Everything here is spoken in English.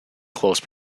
close